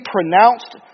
pronounced